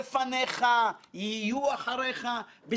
הרי בסופו של עניין נכנסנו בלוח זמנים